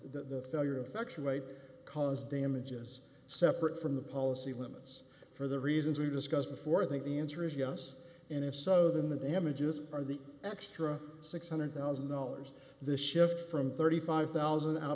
the failure of actually cause damages separate from the policy limits for the reasons we discussed before i think the answer is yes and if so then the damages are the extra six hundred thousand dollars the shift from thirty five thousand